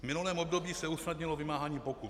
V minulém období se usnadnilo vymáhání pokut.